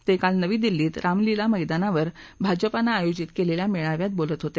ते काल नवी दिल्ली इथं रामलीला मैदानावर भाजपानं आयोजित केलेल्या मेळाव्यात बोलत होते